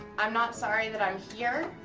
i'm not sorry that i'm here.